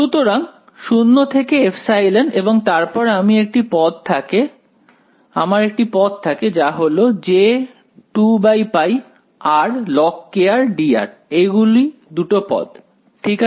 সুতরাং 0 থেকে ε এবং তারপর আমার একটি পদ থাকে যা হলো j2π r log dr এইগুলি দুটো পদ ঠিক আছে